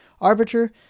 arbiter